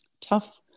tough